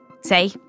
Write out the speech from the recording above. Say